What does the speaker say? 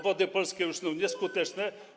Wody Polskie już są nieskuteczne.